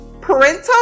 parental